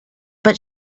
but